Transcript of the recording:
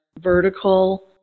vertical